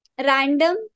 random